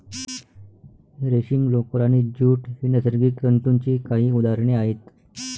रेशीम, लोकर आणि ज्यूट ही नैसर्गिक तंतूंची काही उदाहरणे आहेत